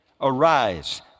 Arise